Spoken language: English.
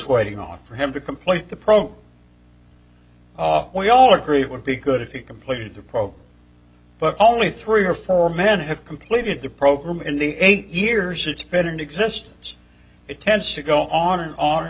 waiting on for him to complete the program we all agree would be good if he completed the program but only three or four men have completed the program in the eight years it's been in existence it tends to go on and on and